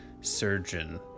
Surgeon